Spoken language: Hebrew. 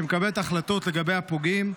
שמקבלת החלטות לגבי הפוגעים,